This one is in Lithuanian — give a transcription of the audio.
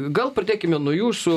gal pradėkime nuo jūsų